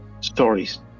stories